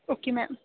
okay ma'am